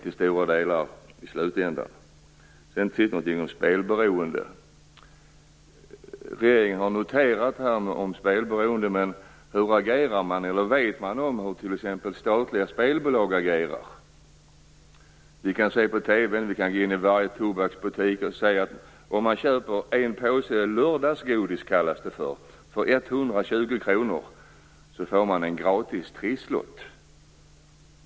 Till sist litet grand om spelberoende. Regeringen har noterat frågan om spelberoende. Vet regeringen hur statliga spelbolag agerar? Vi kan se på TV, vi kan gå in i varje Tobaksbutik och se att om man köper en påse "lördagsgodis" för 120 kr får man en gratis trisslott.